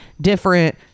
different